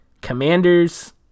commanders